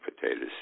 potatoes